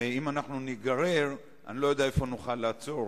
ואם אנחנו ניגרר, אני לא יודע איפה נוכל לעצור.